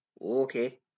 Okay